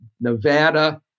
Nevada